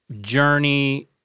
journey